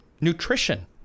nutrition